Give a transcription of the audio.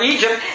Egypt